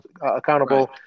accountable